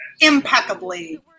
impeccably